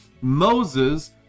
Moses